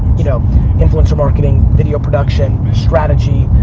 you know influencer marketing, video production, strategy,